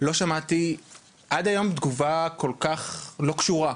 ולא שמעתי עד היום תגובה כל כך לא קשורה.